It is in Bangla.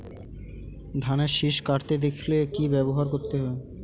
ধানের শিষ কাটতে দেখালে কি ব্যবহার করতে হয়?